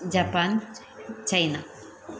Japan China